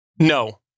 No